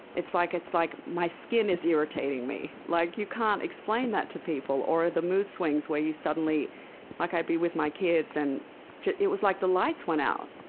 it's like it's like my skin is irritating me. like you can't explain that to people. or the mood swings where you suddenly like i'd be with my kids, and it was like the lights went out.